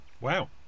Wow